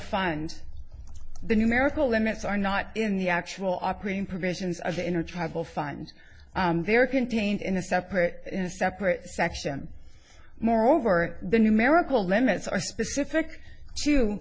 funds the numerical limits are not in the actual operating provisions of the inner travel find they are contained in the separate in separate section moreover the numerical limits are specific to